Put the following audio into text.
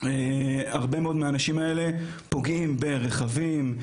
הרבה מאוד מהאנשים האלה פוגעים ברכבים,